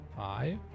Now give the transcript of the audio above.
five